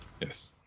Yes